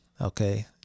okay